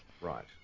Right